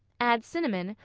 add cinnamon,